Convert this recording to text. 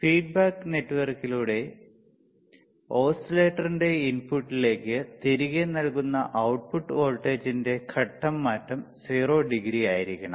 feedback നെറ്റ്വർക്കിലൂടെ ഓസിലേറ്ററിന്റെ ഇൻപുട്ടിലേക്ക് തിരികെ നൽകുന്ന output വോൾട്ടേജിന്റെ ഘട്ടം മാറ്റം 00 ആയിരിക്കണം